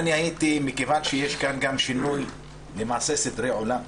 מכיוון שיש כאן גם שינוי סדרי עולם,